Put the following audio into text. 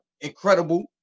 Incredible